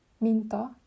minta